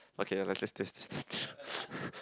okay let's let's let's